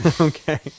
okay